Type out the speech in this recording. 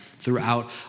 throughout